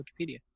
Wikipedia